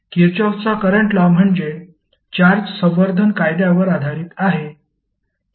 किरचॉफचा current law म्हणजे charge संवर्धन कायद्यावर आधारित आहे